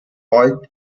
beugt